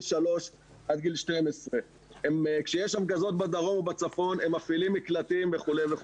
שלוש עד גיל 12. כשיש הפגזות בצפון או בדרום הם מפעילים מקלטים וכולי.